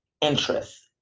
interest